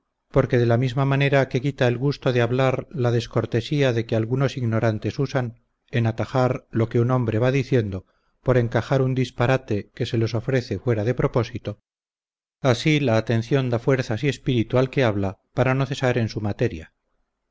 porque de la misma manera que quita el gusto de hablar la descortesía de que algunos ignorantes usan en atajar lo que un hombre va diciendo por encajar un disparate que se les ofrece fuera de propósito así la atención da fuerzas y espíritu al que habla para no cesar en su materia